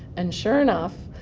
and sure enough,